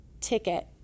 ticket